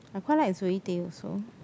I quite like Zoey-Tay also